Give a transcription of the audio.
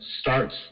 starts